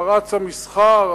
פרץ המסחר,